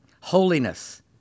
Holiness